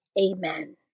Amen